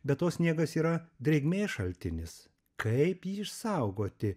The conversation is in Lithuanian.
be to sniegas yra drėgmės šaltinis kaip jį išsaugoti